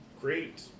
great